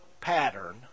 pattern